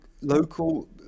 local